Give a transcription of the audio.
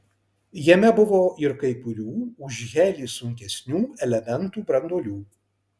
jame buvo ir kai kurių už helį sunkesnių elementų branduolių